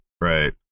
right